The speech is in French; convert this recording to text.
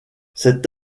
cet